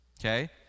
Okay